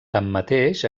tanmateix